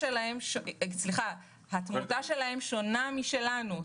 התמותה שלהם שונה משלנו,